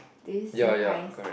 did you see pies